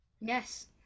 Yes